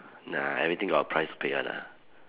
nah everything got a price to pay one lah